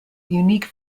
unique